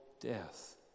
death